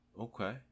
Okay